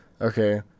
Okay